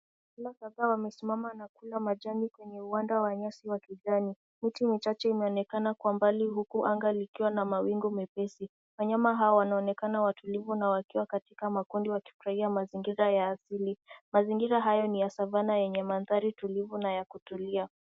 Wanyama kadhaa wamesimama na kula majani kwenye uwanja wa nyasi wa kijani miti michache inaonekana kwa mbali huku anga likiwa na mawingu mepesi. Wanyama hawa wanaonekana watulivu na wakiwa katika makundi wakifurahia mazingira ya asili. Mazingira haya ni ya savanna yenye madhari tulivu na ya kutulia.